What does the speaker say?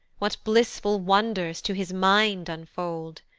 what blissful wonders to his mind unfold!